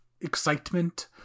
excitement